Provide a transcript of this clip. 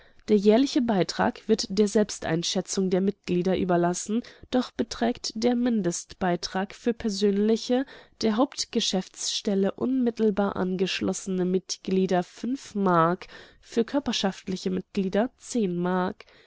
der jährliche beitrag wird der selbsteinschätzung der mitglieder überlassen doch beträgt der mindestbeitrag für persönliche der hauptgeschäftsstelle unmittelbar angeschlossene mitglieder m für körperschaftliche mitglieder m